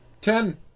Ten